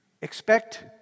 Expect